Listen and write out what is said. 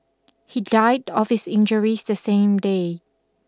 he died of his injuries the same day